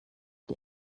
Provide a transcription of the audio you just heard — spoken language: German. die